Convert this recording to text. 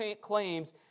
claims